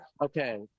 Okay